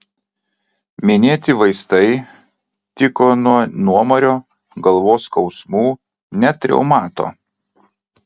minėti vaistai tiko nuo nuomario galvos skausmų net reumato